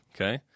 Okay